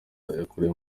yakuriye